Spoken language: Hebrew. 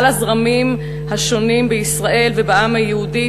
על הזרמים השונים בישראל ובעם היהודי,